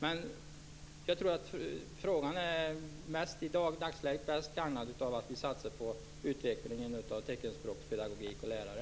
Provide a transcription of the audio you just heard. Men frågan gagnas nog som sagt bäst av att vi satsar på utvecklingen av teckenspråkspedagogik och lärare.